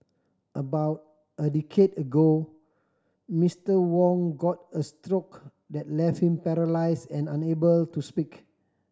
about a decade ago Mister Wong got a stroke that left him paralyse and unable to speak